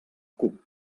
cup